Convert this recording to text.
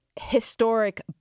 historic